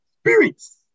spirits